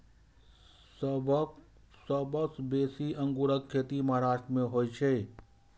सबसं बेसी अंगूरक खेती महाराष्ट्र मे होइ छै